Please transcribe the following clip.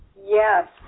Yes